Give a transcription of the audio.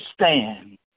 stand